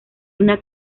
una